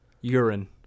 urine